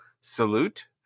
salute